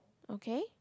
okay